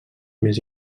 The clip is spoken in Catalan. més